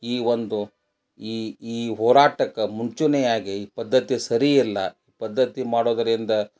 ಈ ಒಂದು ಈ ಈ ಹೋರಾಟಕ್ಕೆ ಮುಂಚೂಣಿಯಾಗಿ ಈ ಪದ್ಧತಿ ಸರಿಯಿಲ್ಲ ಪದ್ಧತಿ ಮಾಡೋದರಿಂದ